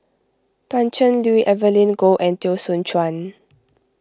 Pan Cheng Lui Evelyn Goh and Teo Soon Chuan